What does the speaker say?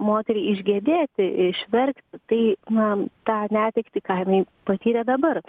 moteriai išgedėti išverkti tai na tą netektį ką jinai patyrė dabar